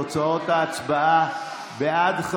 תוצאות ההצבעה: בעד,